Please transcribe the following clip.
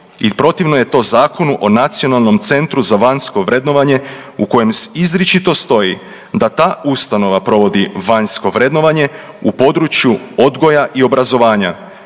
i protivno je to Zakonu o NCVV u kojem izričito stoji da ta ustanova provodi vanjsko vrednovanje u području odgoja i obrazovanja,